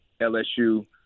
LSU